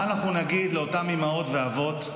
מה אנחנו נגיד לאותם אימהות ואבות,